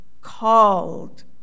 called